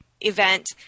event